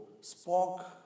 spoke